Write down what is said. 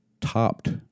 topped